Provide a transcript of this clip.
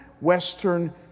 Western